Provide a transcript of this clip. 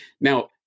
Now